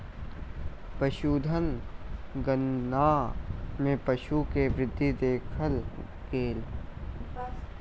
पशुधन गणना मे पशु के वृद्धि देखल गेल